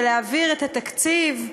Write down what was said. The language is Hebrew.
ולהעביר את התקציב,